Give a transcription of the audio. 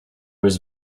was